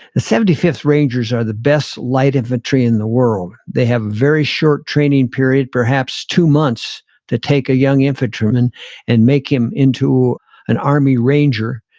the seventy fifth rangers are the best light infantry in the world. they have very short training period, perhaps two months to take a young infantryman and make him into an army ranger.